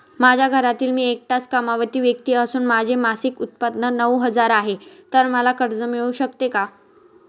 माझ्या घरातील मी एकटाच कमावती व्यक्ती असून माझे मासिक उत्त्पन्न नऊ हजार आहे, तर मला कर्ज मिळू शकते का?